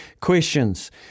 questions